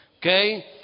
Okay